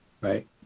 right